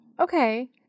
okay